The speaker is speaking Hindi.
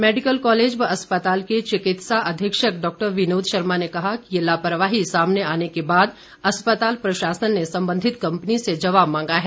मैडिकल कॉलेज व अस्पताल के चिकित्सा अधीक्षक डॉक्टर विनोद शर्मा ने कहा कि ये लापरवाही सामने आने के बाद अस्पताल प्रशासन ने संबंधित कम्पनी से जवाब मांगा है